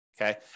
Okay